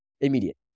Immediate